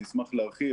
אני אשמח להרחיב,